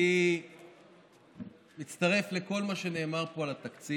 אני מצטרף לכל מה שנאמר פה על התקציב,